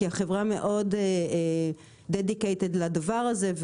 כי החברה מאוד קשובה לדבר הזה.